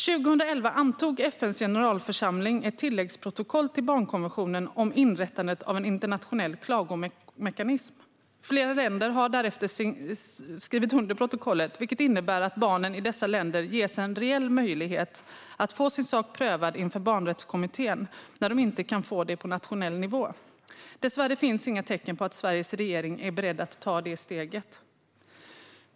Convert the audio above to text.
År 2011 antog FN:s generalförsamling ett tilläggsprotokoll till barnkonventionen om inrättandet av en internationell klagomekanism. Flera länder har därefter skrivit under protokollet, vilket innebär att barnen i dessa länder ges en reell möjlighet att få sin sak prövad inför barnrättskommittén när de inte kan få det på nationell nivå. Dessvärre finns inga tecken på att Sveriges regering är beredd att ta det steget.